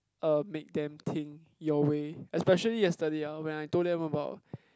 um make them think your way especially yesterday uh when I told them about